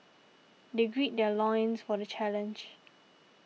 they gird their loins for the challenge